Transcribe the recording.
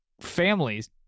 families